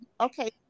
okay